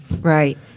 Right